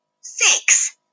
Six